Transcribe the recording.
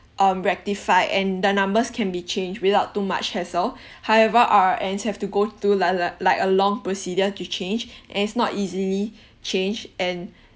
um rectified and the numbers can be changed without too much hassle however R_R_Ns have to go through like like like a long procedure to change and it's not easily changed and